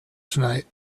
tonight